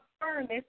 furnace